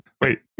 wait